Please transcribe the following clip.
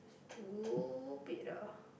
stupid ah